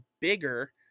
bigger